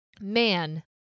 Man